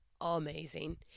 amazing